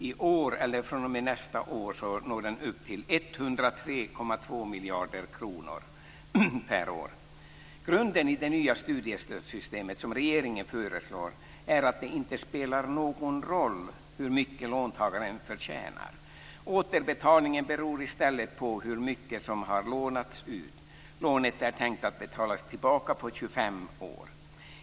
I år eller fr.o.m. nästa år når den upp till 103,2 miljarder kronor per år. Grunden i det nya studiestödssystemet som regeringen föreslår är att det inte spelar någon roll hur mycket låntagaren tjänar. Återbetalningen beror i stället på hur mycket som har lånats ut. Lånet är tänkt att betalas tillbaka på 25 år.